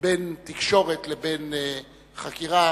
בין תקשורת לבין חקירה,